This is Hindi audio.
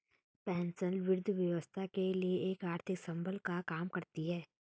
पेंशन वृद्धावस्था के लिए एक आर्थिक संबल का काम करती है